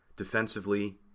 defensively